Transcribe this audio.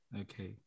okay